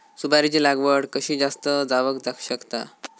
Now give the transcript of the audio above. सुपारीची लागवड कशी जास्त जावक शकता?